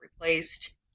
replaced